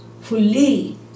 fully